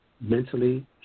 Mentally